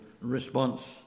response